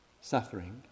suffering